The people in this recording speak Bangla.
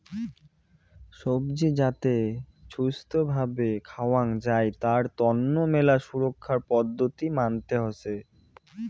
সবজি যাতে ছুস্থ্য ভাবে খাওয়াং যাই তার তন্ন মেলা সুরক্ষার পদ্ধতি মানতে হসে